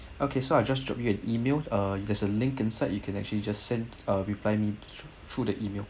okay so I just dropped you an email uh there's a link inside you can actually just send uh reply me through the email